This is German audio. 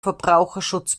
verbraucherschutz